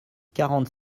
quarante